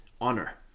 honor